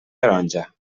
taronja